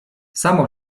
samo